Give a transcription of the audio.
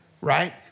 right